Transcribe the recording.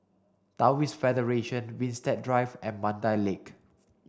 Taoist Federation Winstedt Drive and Mandai Lake